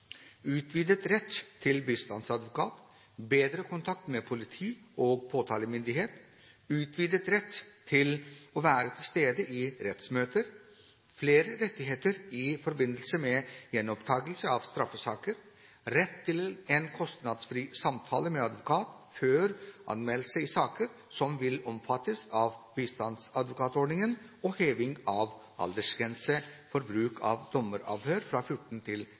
utvidet rett til bistandsadvokat, bedre kontakt med politi og påtalemyndighet, utvidet rett til å være til stede i rettsmøter, flere rettigheter i forbindelse med gjenopptakelse av straffesaker, rett til en kostnadsfri samtale med advokat før anmeldelse i saker som vil omfattes av bistandsadvokatordningen, og heving av aldersgrense for bruk av dommeravhør fra 14 til